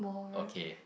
okay